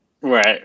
right